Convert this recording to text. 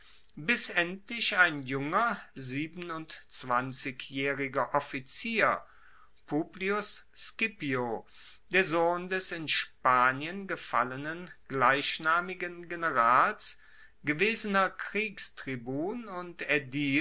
bis endlich ein junger siebenundzwanzigjaehriger offizier publius scipio der sohn des in spanien gefallenen gleichnamigen generals gewesener kriegstribun und aedil